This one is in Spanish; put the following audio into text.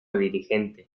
dirigente